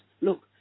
Look